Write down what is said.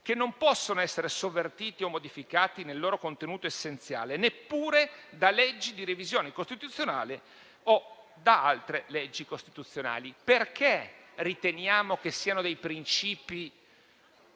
che non possono essere sovvertiti o modificati nel loro contenuto essenziale, neppure da leggi di revisione costituzionale o da altre leggi costituzionali». Perché riteniamo che siano i princìpi